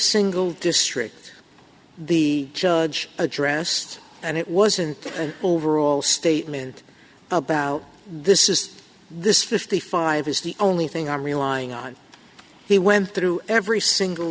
single district the judge addressed and it was an overall statement about this is this fifty five is the only thing i'm relying on he went through every single